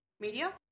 media